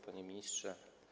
Panie Ministrze!